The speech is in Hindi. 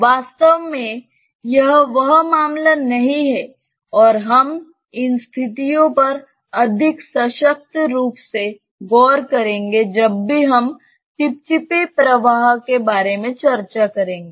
वास्तव में यह वह मामला नहीं है और हम इन स्थितियों पर अधिक सशक्त रूप से गौर करेंगे जब भी हम चिपचिपे प्रवाह के बारे में चर्चा करेंगे